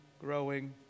growing